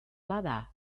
bada